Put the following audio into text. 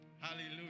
Hallelujah